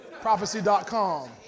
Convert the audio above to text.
Prophecy.com